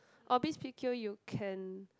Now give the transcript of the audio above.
Orbis P_Q you can